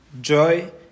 joy